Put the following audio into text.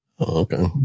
Okay